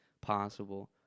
possible